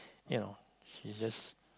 you know she just